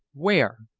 where?